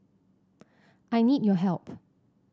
I need your help